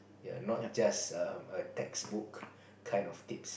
ya not just a a textbook kind of tips